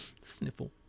Sniffle